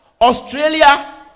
Australia